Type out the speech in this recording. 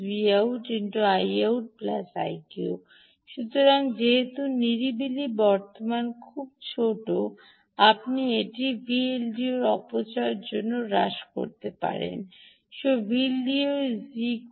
−Vout ×I outIq সুতরাং যেহেতু নিরিবিল বর্তমান খুব ছোট আপনি একটি এলডিওর শক্তি অপচয় হ্রাস করতে পারেন PLDO ≈V